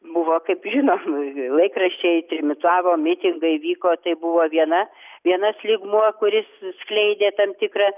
buvo kaip žinom laikraščiai trimitavo mitingai vyko tai buvo viena vienas lygmuo kuris skleidė tam tikrą